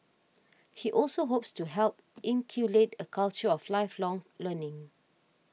he also hopes to help inculcate a culture of lifelong learning